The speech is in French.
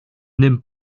n’aiment